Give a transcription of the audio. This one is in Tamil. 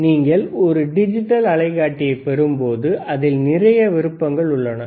எனவே நீங்கள் ஒரு டிஜிட்டல் அலைக்காட்டியை பெறும்போது அதில் நிறைய விருப்பங்கள் உள்ளன